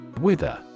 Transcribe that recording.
Wither